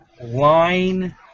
line